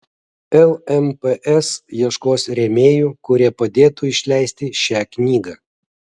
lmps ieškos rėmėjų kurie padėtų išleisti šią knygą